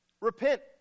repent